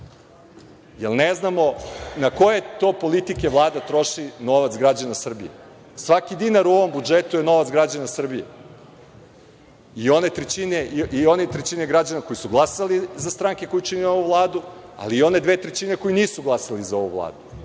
jer ne znamo na koje to politike Vlada troši novac građana Srbije. Svaki dinar u ovom budžetu je novac građana Srbije i one trećine građana koji su glasali za stranke koje čine ovu Vladu, ali i one dve, tri trećine koji nisu glasali za ovu Vladu,